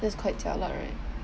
that's quite jialat right